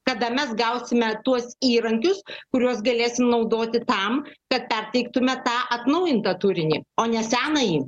kada mes gausime tuos įrankius kuriuos galėsim naudoti tam kad perteiktume tą atnaujintą turinį o ne senąjį